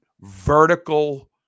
vertical